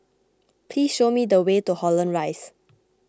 please show me the way to Holland Rise